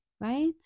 right